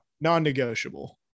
non-negotiable